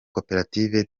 koperative